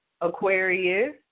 Aquarius